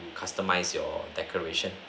customize your decoration